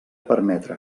permetre